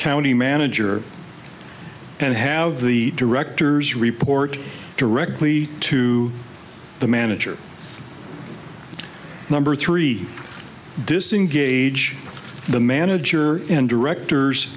county manager and have the directors report directly to the manager number three gauge the manager and director